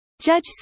Judge